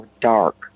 dark